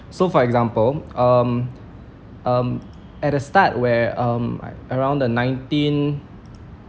so for example um um at the start where um around the nineteen